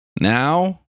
Now